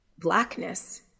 blackness